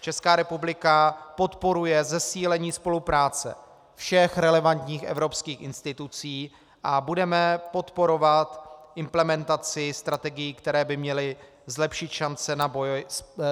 Česká republika podporuje zesílení spolupráce všech relevantních evropských institucí a budeme podporovat implementaci strategií, které by měly zlepšit šance na boj